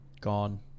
Gone